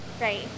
Right